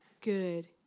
good